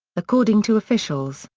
according to officials,